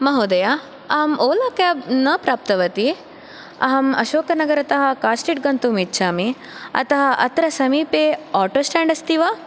महोदय अहम् ओला केब् न प्राप्तवती अहम् अशोकनगरतः कार् स्ट्रीट् गन्तुम् इच्छामि अतः अत्र समीपे आटो स्टेण्ड् अस्ति वा